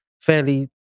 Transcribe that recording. fairly